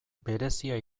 berezia